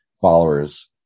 followers